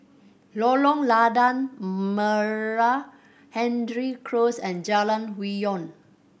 Lorong Lada Merah Hendry Close and Jalan Hwi Yoh